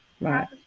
right